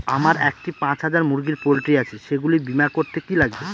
আমার একটি পাঁচ হাজার মুরগির পোলট্রি আছে সেগুলি বীমা করতে কি লাগবে?